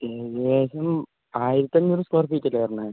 ഏകദേശം ആയിരത്തി അഞ്ഞൂറ് സ്ക്വയർ ഫീറ്റല്ലേ പറഞ്ഞത്